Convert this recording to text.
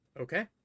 Okay